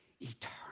eternal